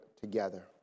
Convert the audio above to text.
together